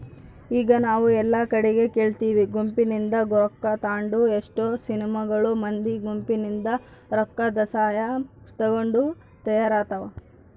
ಈಗ ನಾವು ಎಲ್ಲಾ ಕಡಿಗೆ ಕೇಳ್ತಿವಿ ಗುಂಪಿನಿಂದ ರೊಕ್ಕ ತಾಂಡು ಎಷ್ಟೊ ಸಿನಿಮಾಗಳು ಮಂದಿ ಗುಂಪಿನಿಂದ ರೊಕ್ಕದಸಹಾಯ ತಗೊಂಡು ತಯಾರಾತವ